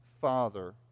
Father